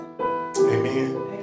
Amen